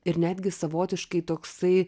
ir netgi savotiškai toksai